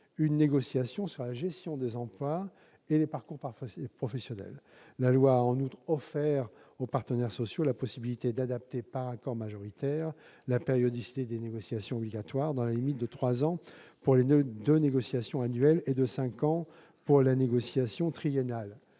une négociation sur la gestion des emplois et des parcours professionnels. La loi a en outre offert aux partenaires sociaux la possibilité d'adapter, par accord majoritaire, la périodicité des négociations obligatoires, dans la limite de trois ans pour les deux négociations annuelles et de cinq ans pour la négociation triennale.